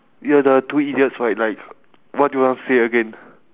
ya the two idiots right like what do you want say again